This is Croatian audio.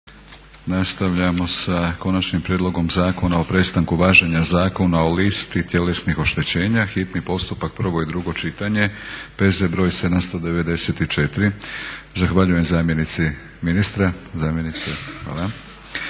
Dragica (SDP)** Konačni prijedlog zakona o prestanku važenja Zakona o listi tjelesnih oštećenja, hitni postupak, prvo i drugo čitanje, P.Z. br. 794. Rasprava je zaključena.